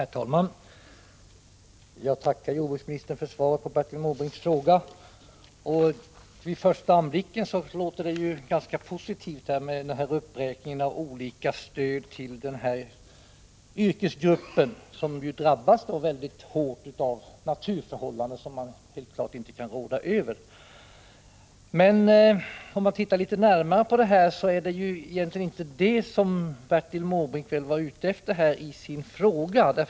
Herr talman! Jag tackar jordbruksministern för svaret på Bertil Måbrinks fråga. Vid första anblicken verkar det ganska positivt med uppräkningen av anslag och stöd till den här yrkesgruppen, som drabbas så hårt av naturförhållanden som man helt klart inte kan rå över. Men det är egentligen inte detta som Bertil Måbrink var ute efter med sin fråga.